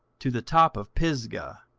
to the top of pisgah,